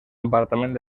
departament